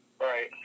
Right